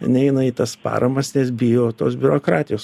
neina į tas paramas nes bijo tos biurokratijos